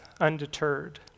undeterred